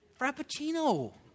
frappuccino